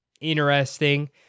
interesting